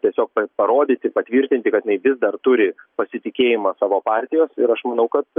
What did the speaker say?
tiesiog p parodyti patvirtinti kad jinai vis dar turi pasitikėjimą savo partijos ir aš manau kad